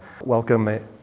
welcome